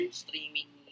streaming